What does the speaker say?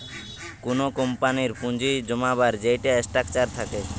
কুনো কোম্পানির পুঁজি জমাবার যেইটা স্ট্রাকচার থাকে